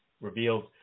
revealed